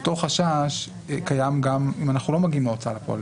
אבל אותו חשש קיים גם אם אנחנו לא מגיעים להוצאה לפועל,